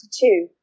two